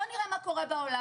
בואו נראה מה קורה בעולם.